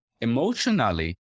emotionally